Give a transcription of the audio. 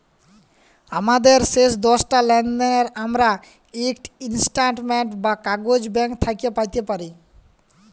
আমাদের শেষ দশটা লেলদেলের আমরা ইকট ইস্ট্যাটমেল্ট বা কাগইজ ব্যাংক থ্যাইকে প্যাইতে পারি